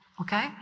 okay